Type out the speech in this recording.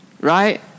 Right